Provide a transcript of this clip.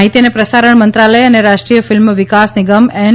માહિતી અને પ્રસારણ મંત્રાલય અને રાષ્ટ્રીયફિલ્મ વિકાસ નિગમ એન